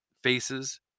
faces